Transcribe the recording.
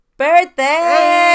birthday